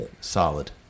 solid